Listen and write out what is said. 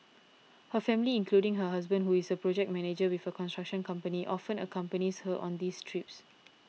her family including her husband who is a project manager with a construction company often accompanies her on these trips